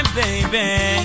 baby